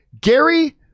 Gary